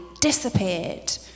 disappeared